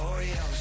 Oreo